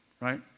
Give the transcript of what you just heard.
right